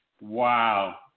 Wow